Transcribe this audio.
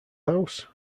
house